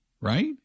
right